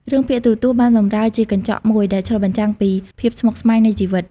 រឿងភាគទូរទស្សន៍បានបម្រើជាកញ្ចក់មួយដែលឆ្លុះបញ្ចាំងពីភាពស្មុគស្មាញនៃជីវិត។